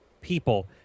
people